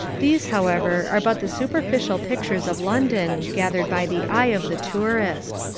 these, however, are but the superficial pictures of london, gathered by the eye of the tourist.